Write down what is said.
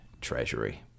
treasury